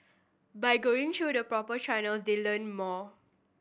by going through the proper channels they learn more